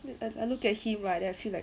then as I looked at him right then I feel like